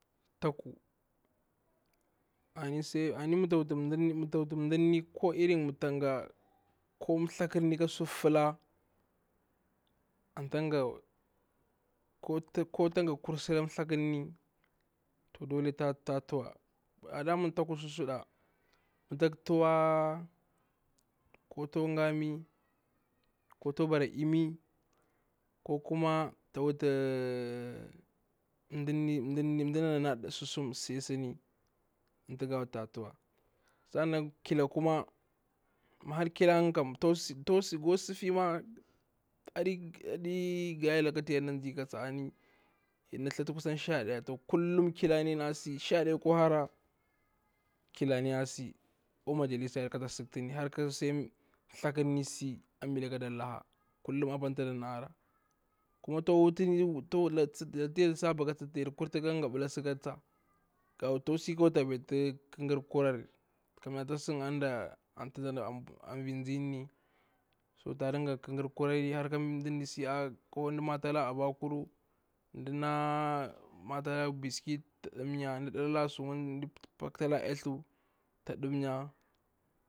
Taku sai ani mata wuta ndarni, ko thaƙarni ka sur fila anta nga ko ta nga kursala thakarni, to dole ta ta tuwa, dama taku taka su suɗa, ma taktuwa, ko ta kwa nga mi, ko ta kwa bara yimi, ko koma ta wutu ndanana na su sumanni, anta ga nga ta tuwa. sanan kila kuma, ma har kila nga ga ku'a sifi ma, aɗi aɗi gaye laka ta yarna nzi ka tsa, yarna thatu kusan sha ɗaya tun kilani a si, kullum sha ɗaya akwa hara kilani asi akwa majalisani kata siktuni har sami thakarni si, ambila kada laha kolum apani, tu dana hara, kullum tu yar saba ka tsa laku tu ka kwa, ta kwa si ta letu ƙagar kurari, kamyar ta sida ada vin tsirni, ta ɗanga, ƙagar kurari har ka ndani si. ko nda matala abakuru, nda na matala biscuit ta mɗamya ko nda paktalari nyatha ta ndamya.